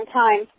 time